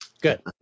good